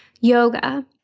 yoga